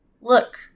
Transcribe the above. Look